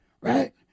right